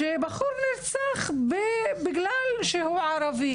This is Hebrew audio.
שבחור נרצח בגלל שהוא ערבי.